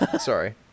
Sorry